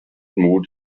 mood